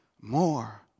More